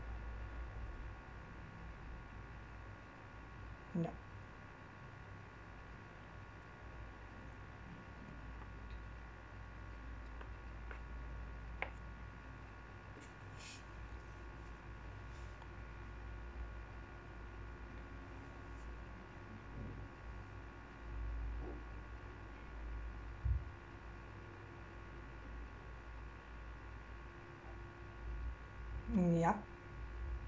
yup mm ya